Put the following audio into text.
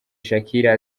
shakira